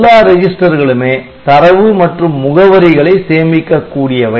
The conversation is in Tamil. எல்லா ரெஜிஸ்டர்களுமே தரவு மற்றும் முகவரிகளை சேமிக்க கூடியவை